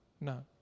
no